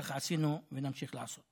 כך עשינו ונמשיך לעשות.